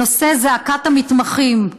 בנושא זעקת המתמחים,